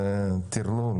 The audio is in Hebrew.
זה טרלול.